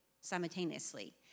simultaneously